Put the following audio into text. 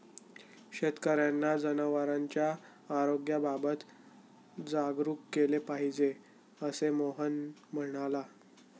शेतकर्यांना जनावरांच्या आरोग्याबाबत जागरूक केले पाहिजे, असे मोहन म्हणाला